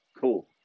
cool